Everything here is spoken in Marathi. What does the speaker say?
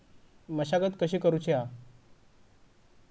मशागत कशी करूची हा?